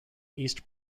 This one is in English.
east